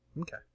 Okay